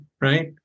right